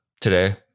today